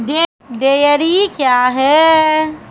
Dairy क्या हैं?